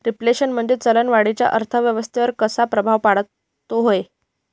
Reflation म्हणजे चलन वाढीचा अर्थव्यवस्थेवर कसा प्रभाव पडतो है?